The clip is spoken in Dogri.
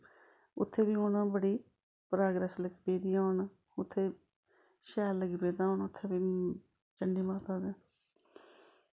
उत्थें बी हून बड़ी प्रागरैस लग्गी पेदी ऐ होन उत्थे शैल लगी पेदा होन उत्थे वी चण्डी माता दै